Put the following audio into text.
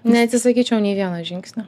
neatsisakyčiau nei vieno žingsnio